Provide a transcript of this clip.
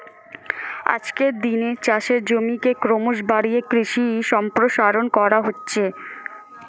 আজকের দিনে চাষের জমিকে ক্রমশ বাড়িয়ে কৃষি সম্প্রসারণ করা হচ্ছে